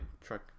truck